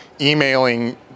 emailing